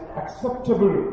acceptable